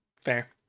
Fair